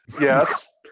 Yes